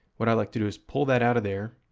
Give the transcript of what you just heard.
what i like to do is pull that out of there,